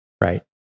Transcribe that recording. Right